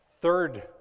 Third